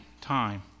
time